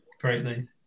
greatly